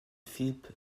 philip